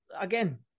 Again